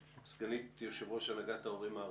סגנית יושב-ראש הנהגת ההורים הארצית.